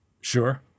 Sure